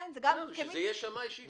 כן, שיהיה שמאי שיקבע.